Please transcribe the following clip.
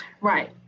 Right